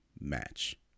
match